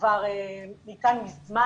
כבר ניתן מזמן.